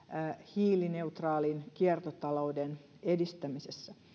hiilineutraalin kiertotalouden edistämisessä